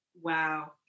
Wow